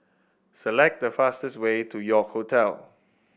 select the fastest way to York Hotel